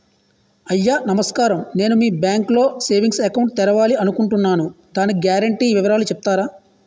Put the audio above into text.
అయ్యా నమస్కారం నేను మీ బ్యాంక్ లో సేవింగ్స్ అకౌంట్ తెరవాలి అనుకుంటున్నాను దాని గ్యారంటీ వివరాలు చెప్తారా?